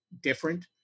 different